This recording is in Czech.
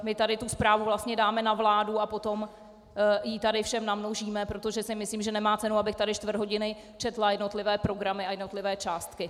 My tu zprávu dáme na vládu a potom ji tady všem namnožíme, protože si myslím, že nemá cenu, abych tady čtvrt hodiny četla jednotlivé programy a jednotlivé částky.